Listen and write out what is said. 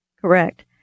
Correct